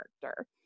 character